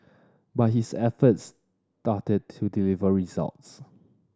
but his efforts started to deliver results